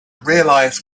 realize